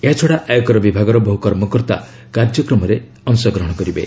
ଏହାଛଡ଼ା ଆୟକର ବିଭାଗର ବହୁ କର୍ମକର୍ତ୍ତା କାର୍ଯ୍ୟକ୍ରମରେ ଭାଗ ନେବେ